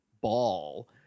ball